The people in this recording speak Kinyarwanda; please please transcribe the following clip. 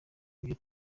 ibyo